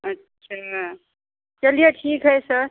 अच्छा चलिए ठीक है सर